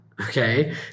okay